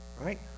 right